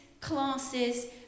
classes